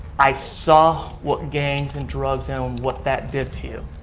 i saw what gangs and drugs and what that did to you.